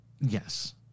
Yes